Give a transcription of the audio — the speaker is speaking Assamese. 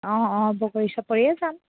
অঁ অঁ বগৰী চাপৰিয়ে যাম